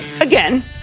again